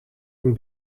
een